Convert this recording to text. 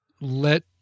let